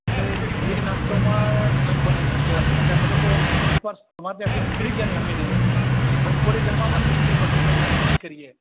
એટલે હૅવી નાસ્તામાં શું બનાવી શકીએ એમ એટલે અમે લોકો એકવાર તમારે ત્યાંથી નીકળી ગયા જમીને પછી બપોરે જમવા આવવાનું મુશ્કેલ પડશે એટલે લંચ નહીં કરીએ